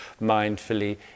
mindfully